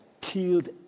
killed